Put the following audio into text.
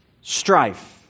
strife